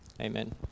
Amen